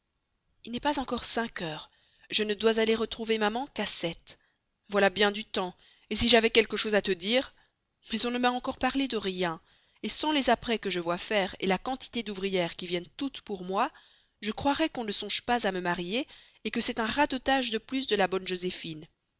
il n'est pas encore cinq heures je ne dois aller retrouver maman qu'à sept voilà bien du temps si j'avais quelque chose à te dire mais on ne m'a encore parlé de rien sans les apprêts que je vois faire la quantité d'ouvrières qui viennent toutes pour moi je croirais qu'on ne songe pas à me marier que c'est un radotage de plus de la bonne joséphine